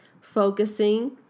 focusing